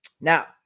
Now